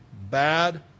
Bad